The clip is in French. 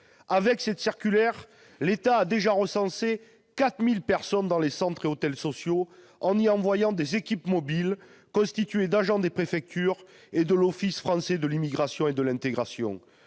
Avec cette circulaire, l'État a déjà recensé 4 000 personnes dans les centres et hôtels sociaux, en y envoyant des « équipes mobiles », constituées d'agents des préfectures et de l'Office français de l'immigration et de l'intégration.